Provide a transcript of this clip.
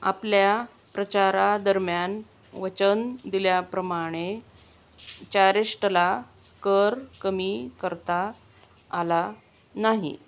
आपल्या प्रचारादरम्यान वचन दिल्याप्रमाणे चॅरिष्टला कर कमी करता आला नाही